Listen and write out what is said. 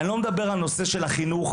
אני לא מדבר על נושא החינוך,